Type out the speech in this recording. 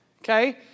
okay